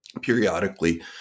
periodically